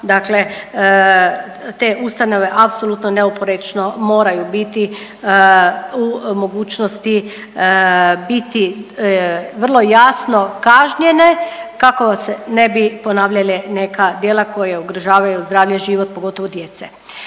Dakle, te ustanove apsolutno neoprečno moraju biti u mogućnosti biti vrlo jasno kažnjene kako se ne bi ponavljala neka djela koja ugrožavaju zdravlje, život pogotovo djece.